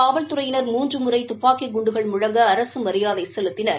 காவல்துறையினர் மூன்று முறை துப்பாக்கி குண்டுகள் முழங்க அரசு மரியாதை செலுத்தினர்